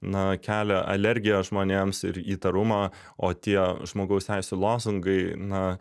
na kelia alergiją žmonėms ir įtarumą o tie žmogaus teisių lozungai na